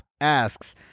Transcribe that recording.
asks